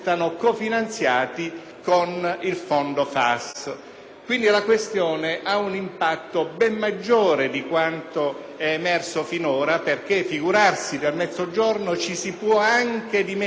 questione, quindi, ha un impatto ben maggiore di quanto è emerso finora perché - figurarsi - del Mezzogiorno ci si può anche dimenticare, ci si può anche non preoccupare,